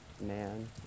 Man